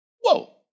whoa